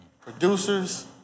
producers